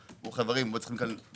הם פועלים בזהירות.